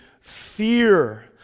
fear